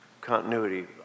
continuity